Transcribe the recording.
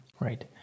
right